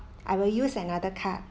I will use another card